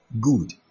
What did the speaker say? Good